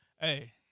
hey